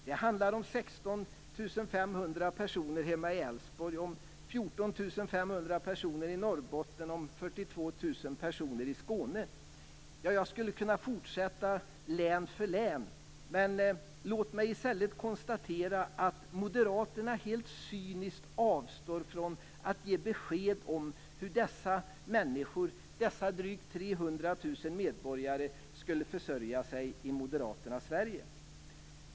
Det handlar om 16 500 personer hemma i Älvsborg, 14 500 personer i Norrbotten och 42 000 personer i Skåne. Jag skulle kunna fortsätta län för län. Men låt mig i stället konstatera att moderaterna helt cyniskt avstår från att ge besked om hur dessa människor, dessa drygt 300 000 medborgare, skulle försörja sig i moderaternas Sverige.